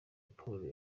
polly